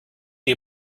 you